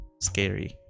scary